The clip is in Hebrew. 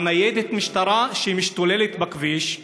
על ניידת משטרה שמשתוללת בכביש.